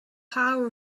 power